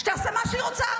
שתעשה מה שהיא רוצה,